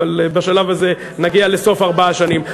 אבל בשלב הזה נגיע לסוף ארבע השנים.